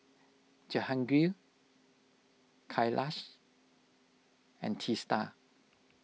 Jehangirr Kailash and Teesta